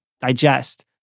digest